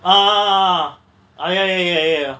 ah ah ya ya